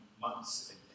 months